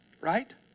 right